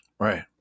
Right